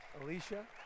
Alicia